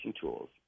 tools